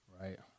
right